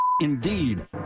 indeed